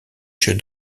chef